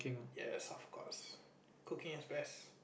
yes of course cooking is best